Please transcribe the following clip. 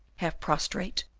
half prostrate,